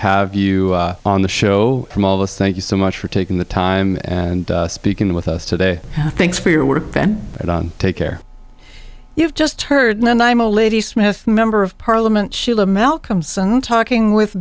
have you on the show from all of us thank you so much for taking the time and speaking with us today thanks for your work then take care you've just heard then i'm a lady smith member of parliament sheila malcolm son talking with